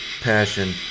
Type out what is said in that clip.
passion